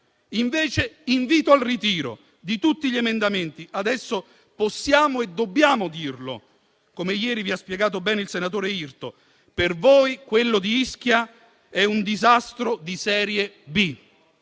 l'invito al ritiro di tutti gli emendamenti. Adesso possiamo e dobbiamo dirlo, come ieri vi ha spiegato bene il senatore Irto: per voi quello di Ischia è un disastro di serie B.